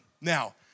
Now